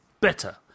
Better